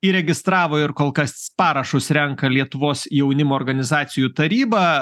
įregistravo ir kol kas parašus renka lietuvos jaunimo organizacijų taryba